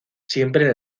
siempre